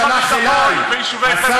לך ביטחון ביישובי חבל אשכול.